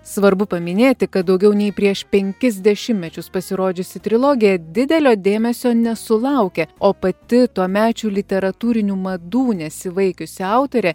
svarbu paminėti kad daugiau nei prieš penkis dešimtmečius pasirodžiusi trilogija didelio dėmesio nesulaukė o pati tuomečių literatūrinių madų nesivaikiusi autorė